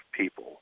people